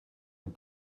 une